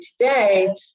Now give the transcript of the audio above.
today